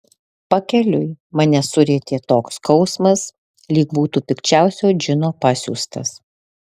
pakeliui mane surietė toks skausmas lyg būtų pikčiausio džino pasiųstas